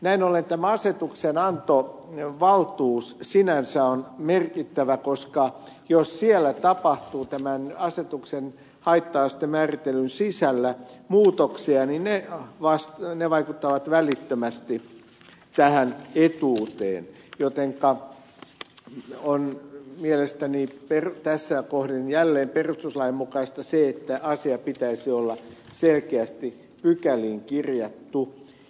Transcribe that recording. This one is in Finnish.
näin ollen tämä asetuksenantovaltuus sinänsä on merkittävä koska jos tämän asetuksen haitta astemäärittelyn sisällä tapahtuu muutoksia niin ne vaikuttavat välittömästi tähän etuuteen jotenka on mielestäni tässä kohdin jälleen perustuslainmukaista se että asia pitäisi olla selkeästi pykäliin kirjattu